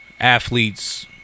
athletes